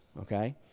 okay